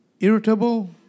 Irritable